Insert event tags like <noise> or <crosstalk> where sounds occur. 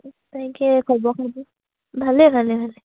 <unintelligible>